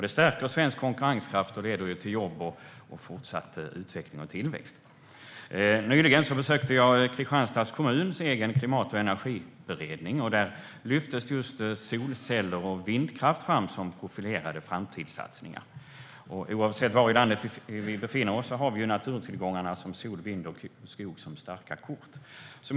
Det stärker svensk konkurrenskraft och leder till jobb, fortsatt utveckling och tillväxt. Nyligen besökte jag Kristianstads kommuns egen klimat och energiberedning. Där lyftes just solceller och vindkraft fram som profilerade framtidssatsningar. Oavsett var i landet vi befinner oss har vi ju naturtillgångarna som sol, vind och skog som starka kort.